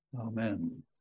Amen